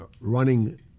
running